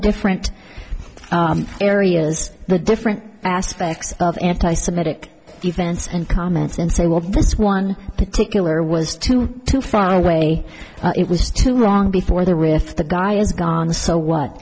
different areas the different aspects of anti semitic events and comments and say well this one particular was too too far away it was too long before there with the guy is gone so what